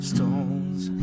Stones